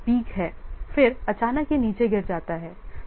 peak हैं फिर अचानक यह नीचे गिर जाता है